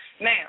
Now